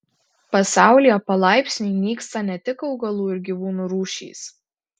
pasaulyje palaipsniui nyksta ne tik augalų ir gyvūnų rūšys